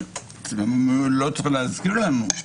לא צריך להזכיר לנו,